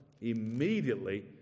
Immediately